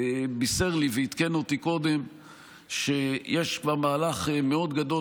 בישר לי ועדכן אותי קודם שיש כבר מהלך מאוד גדול